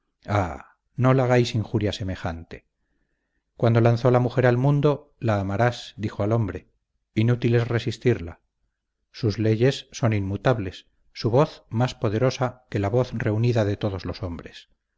no la hagáis injuria semejante cuando lanzó la mujer al mundo la amarás dijo al hombre inútil es resistirla sus leyes son inmutables su voz más poderosa que la voz reunida de todos los hombres